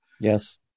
Yes